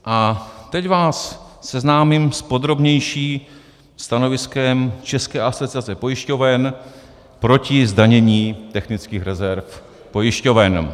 A teď vás seznámím s podrobnějším stanoviskem České asociace pojišťoven proti zdanění technických rezerv pojišťoven.